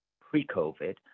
pre-COVID